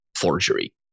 forgery